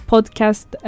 Podcast